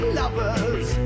lovers